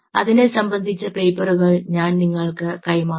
അതിനെ സംബന്ധിച്ച പേപ്പറുകൾ ഞാൻ നിങ്ങൾക്ക് കൈമാറാം